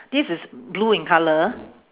this is blue in colour